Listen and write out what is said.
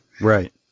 Right